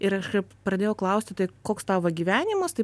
ir aš kažkaip pradėjau klausti tai koks tavo gyvenimas tai